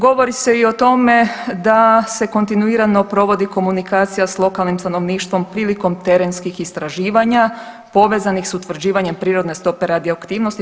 Govori se i o tome da se kontinuirano provodi komunikacija s lokalnim stanovništvom prilikom terenskih istraživanja povezanih s utvrđivanjem prirodne stope radioaktivnosti.